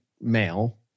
male